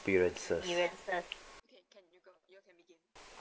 ~periences